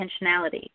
intentionality